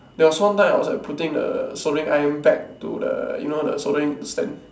there was one time I was like putting the soldering iron back to the you know the soldering stand